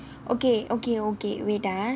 okay okay okay wait ah